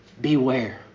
Beware